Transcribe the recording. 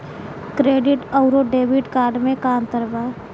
Credit अउरो debit card मे का अन्तर बा?